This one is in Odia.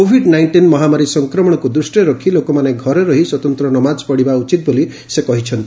କୋଭିଡ୍ ନାଇଷ୍ଟିନ୍ ମହାମାରୀ ସଂକ୍ରମଣକୁ ଦୃଷ୍ଟିରେ ରଖି ଲୋକମାନେ ଘରେ ରହି ସ୍ୱତନ୍ତ୍ର ନମାଜ ପଢ଼ିବା ଉଚିତ ବୋଲି ସେ କହିଛନ୍ତି